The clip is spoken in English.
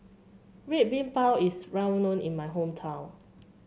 Red Bean Bao is well known in my hometown